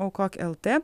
aukok lt